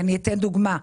לדוגמה,